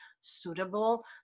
suitable